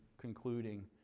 concluding